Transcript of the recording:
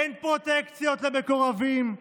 אין פרוטקציות למקורבים.